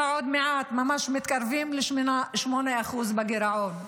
אנחנו ממש עוד מעט מתקרבים ל-8% בגירעון.